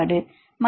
மாணவர் மடிந்தது